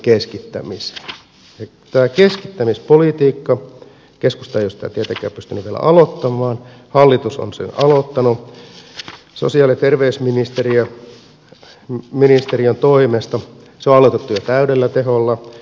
tätä keskittämispolitiikkaa keskusta ei ole tietenkään pystynyt vielä aloittamaan mutta hallitus on sen aloittanut sosiaali ja terveysministeriön toimesta se on aloitettu jo täydellä teholla